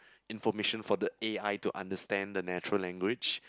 information for the A_I to understand the natural language